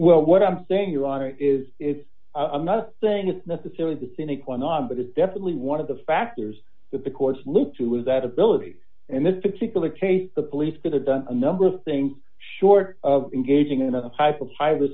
well what i'm saying your honor is it's i'm not saying it's necessarily the cynical or not but it's definitely one of the factors that the courts look to is that ability and this particular case the police could have done a number of things short of engaging in a high profile to